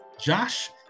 Josh